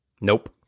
Nope